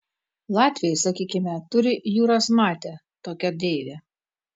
latviai sakykime turi jūras mate tokią deivę